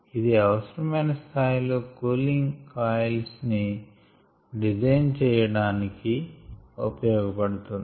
ఇది అవసర మైన స్థాయి లో కూలింగ్ కాయిల్స్ ని డిజైన్ చేయడానికి ఉపయోగ పడుతుంది